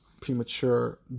premature